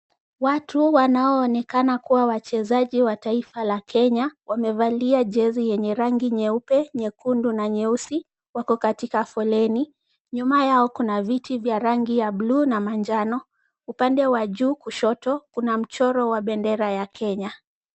Watu wanaoonekana kuwa ni wachezaji wa nchi ya kenya wamevalia jezi ya rangi nyeupe, nyekundu, na nyeusi wako katika foleni. Nyuma yao kuna viti vya rangi ya buluu na manjano. Upande wa juu kushoto kuna mchoro wa bendera ya Kenya.